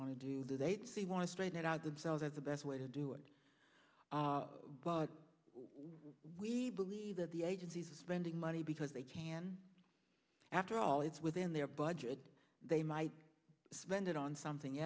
to do they want to straighten it out themselves as the best way to do it but when we believe that the agencies are spending money because they can after all it's within their budget they might spend it on something